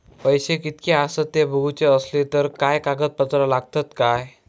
पैशे कीतके आसत ते बघुचे असले तर काय कागद पत्रा लागतात काय?